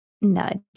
nudge